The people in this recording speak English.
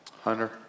Hunter